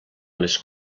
les